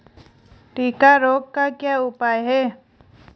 टिक्का रोग का उपाय?